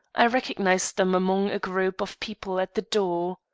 i recognized them among a group of people at the door.